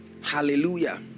Hallelujah